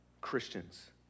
Christians